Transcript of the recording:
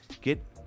get